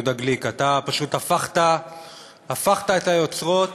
יהודה גליק, אתה פשוט הפכת את היוצרות.